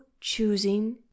choosing